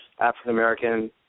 African-American